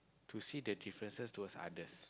to see the differences towards others